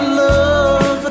love